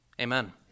Amen